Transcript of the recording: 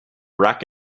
rack